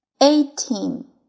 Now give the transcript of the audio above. Eighteen